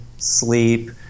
Sleep